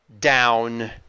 down